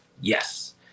yes